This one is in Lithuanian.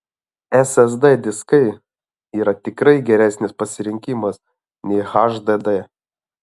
ssd diskai yra tikrai geresnis pasirinkimas nei hdd